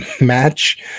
match